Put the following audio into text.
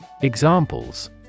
Examples